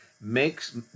makes